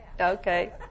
Okay